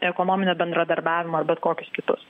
ekonominį bendradarbiavimą ar bet kokius kitus